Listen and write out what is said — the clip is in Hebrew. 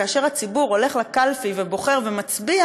כאשר הציבור הולך לקלפי ובוחר ומצביע